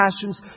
passions